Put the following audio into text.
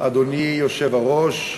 אדוני היושב-ראש,